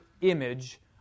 image